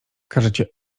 każecie